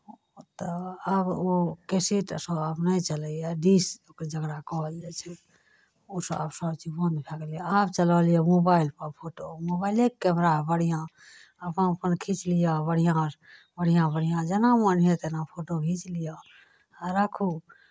तऽ आब ओ कैसेट ओसभ आब नहि चलैए डिस्क जकरा कहल जाइ छै ओसभ आब सभचीज बन्द भए गेलै आब चलल यए मोबाइलपर फोटो मोबाइलेके कैमरा बढ़िआँ अपन अपन खीच लिअ बढ़िआँ बढ़िआँ बढ़िआँ जेना मोन हए तेना फोटो घीच लिअ आ राखू